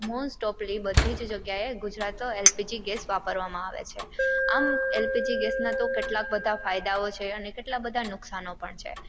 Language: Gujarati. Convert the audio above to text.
મોસ્ટ ઓફલી બધીજ જગ્યાએ ગુજરાતનો એલપીજી ગેસ વાપરવામાં આવે છે આમ એલપીજી ગેસના તો કેટલા બધા ફાયદાઓ છે અને કેટલા બધા નુકસાનો પણ છે